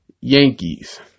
Yankees